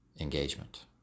engagement